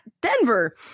Denver